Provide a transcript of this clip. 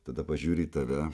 tada pažiūri į tave